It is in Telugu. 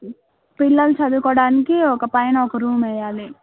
పిల్లలు చదువుకోవడానికి ఒక పైన ఒక రూమ్ వెయ్యాలి